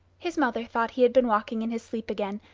his mother thought he had been walking in his sleep again,